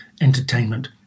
entertainment